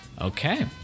Okay